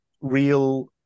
real